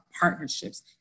partnerships